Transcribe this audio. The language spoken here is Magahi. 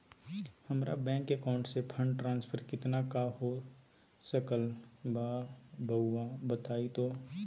हमरा बैंक अकाउंट से फंड ट्रांसफर कितना का हो सकल बा रुआ बताई तो?